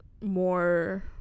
more